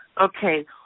Okay